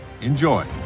Enjoy